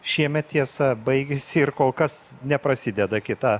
šiemet tiesa baigėsi ir kol kas neprasideda kita